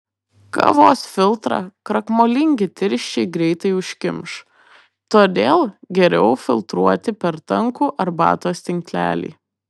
kavos filtrą krakmolingi tirščiai greitai užkimš todėl geriau filtruoti per tankų arbatos tinklelį